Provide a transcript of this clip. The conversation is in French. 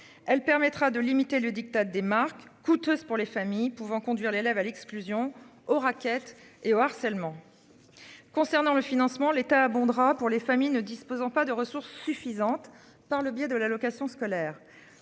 Elle permettra de limiter le diktat des marques coûteuse pour les familles pouvant conduire l'élève à l'exclusion au raquette et au harcèlement. Concernant le financement, l'État abondera pour les familles ne disposant pas de ressources suffisantes par le biais de l'allocation scolaire.